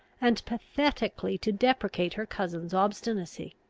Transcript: and pathetically to deprecate her cousin's obstinacy.